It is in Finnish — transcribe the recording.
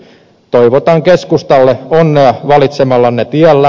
toivotan keskustalle onnea valitsemallanne tiellä